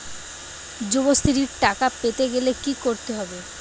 যুবশ্রীর টাকা পেতে গেলে কি করতে হবে?